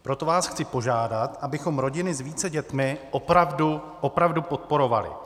Proto vás chci požádat, abychom rodiny s více dětmi opravdu, opravdu podporovali.